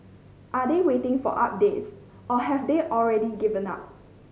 are they waiting for updates or have they already given up